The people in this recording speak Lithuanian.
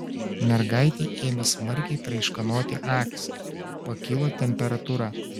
mergaitei ėmė smarkiai traiškanoti akys pakilo temperatūra